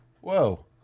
Whoa